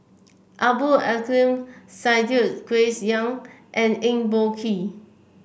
Abdul Aleem Siddique Grace Young and Eng Boh Kee